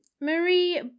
Marie